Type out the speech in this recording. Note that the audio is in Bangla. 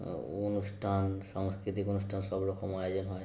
অনুষ্ঠান সাংস্কৃতিক অনুষ্ঠান সব রকম আয়োজন হয়